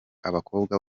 abakobwa